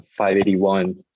581